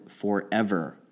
forever